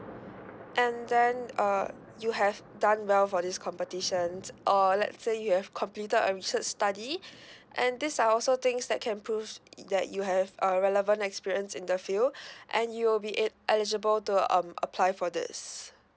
and then uh you have done well for this competitions or let's say you have completed a research study and these are also things that can proves that you have a relevant experience in the field and you will be e~ eligible to um apply for this